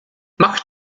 mach